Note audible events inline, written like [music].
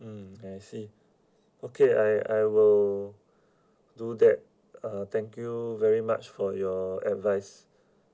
mm I see okay I I will [breath] do that uh thank you very much for your advice